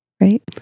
Right